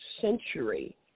century